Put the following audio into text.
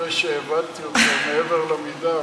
אחרי שהעבדתי אותו מעבר למידה,